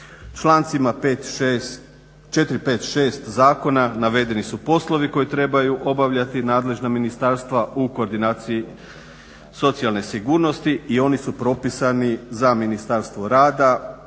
Člancima 4., 5., 6. zakona navedeni su poslovi koje trebaju obavljati nadležna ministarstva u koordinaciji socijalne sigurnosti i oni su propisani za Ministarstvo rada